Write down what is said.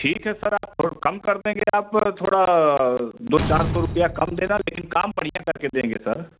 ठीक है सर आपको कम कर देंगे आप थोड़ा दो चार सौ रुपये कम देना लेकिन काम पहले कर के देंगे सर